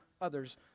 others